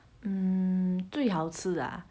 mm 最好吃的啊